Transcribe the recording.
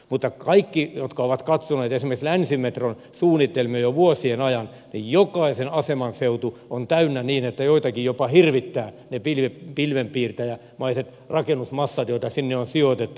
mutta kaikki jotka ovat katsoneet esimerkiksi länsimetron suunnitelmia jo vuosien ajan näkevät että jokaisen aseman seutu on täynnä niin että joitakin jopa hirvittää ne pilvenpiirtäjämäiset rakennusmassat joita sinne on sijoitettu